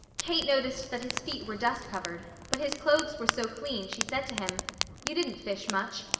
kate noticed that his feet were dust covered, but his clothes were so clean she said to him you didn't fish much.